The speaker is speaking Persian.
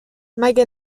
مگه